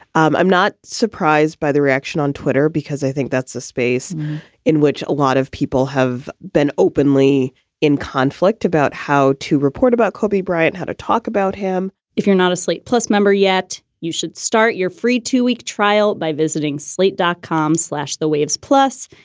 um i'm not surprised by the reaction on twitter, because i think that's a space in which a lot of people have been openly in conflict about how to report about kobe bryant, how to talk about him if you're not a slate plus member yet, you should start your free two week trial by visiting slate dot com, slash the waves. plus,